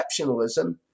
exceptionalism